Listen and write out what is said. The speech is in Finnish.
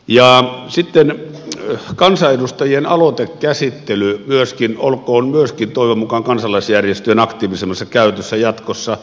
jack sitten kansanedustajien aloite käsitteli myöskin kansanedustajien aloitekäsittely olkoon toivon mukaan kansalaisjärjestöjen aktiivisemmassa käytössä jatkossa